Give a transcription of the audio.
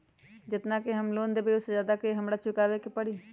जेतना के हम लोन लेबई ओ से ज्यादा के हमरा पैसा चुकाबे के परी?